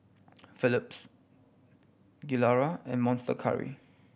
Philips Gilera and Monster Curry